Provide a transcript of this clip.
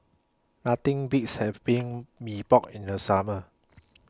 Nothing Beats having Mee Pok in The Summer